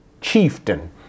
chieftain